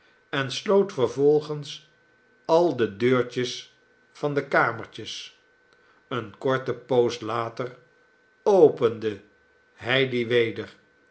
en sloot vervolgens al de deurtjes van de kamertjes eene korte poos later opende hij die weder